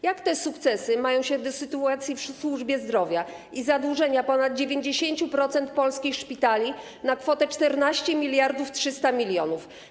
Jak te sukcesy mają się do sytuacji w służbie zdrowia i zadłużenia ponad 90% polskich szpitali na kwotę 14 300 mln?